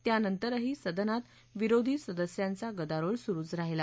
त्यानंतरही सदनात विरोधी सदस्यांचा गदारोळ सुरूच राहिला